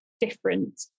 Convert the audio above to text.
different